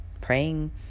praying